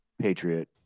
Patriot